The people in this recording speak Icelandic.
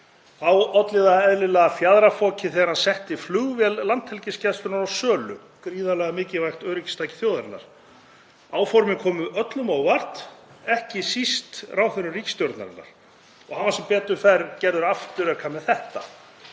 Þá olli það eðlilega fjaðrafoki þegar hann setti flugvél Landhelgisgæslunnar á sölu, gríðarlega mikilvægt öryggistæki þjóðarinnar. Áformin komu öllum á óvart, ekki síst ráðherrum ríkisstjórnarinnar, og var hann sem betur fer gerður afturreka með þetta.